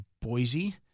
Boise